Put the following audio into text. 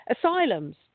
Asylums